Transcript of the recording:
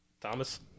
Thomas